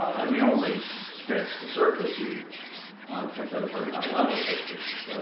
and we only scratched the surface. you kept at a very high level, but that's